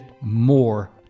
more